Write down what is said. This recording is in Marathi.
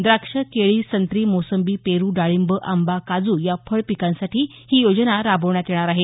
द्राक्ष केळी संत्री मोसंबी पेरू डाळींब आंबा काजू या फळपिकांसाठी ही योजना राबवण्यात येणार आहे